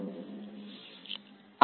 વિદ્યાર્થી સતત